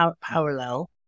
parallel